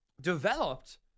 developed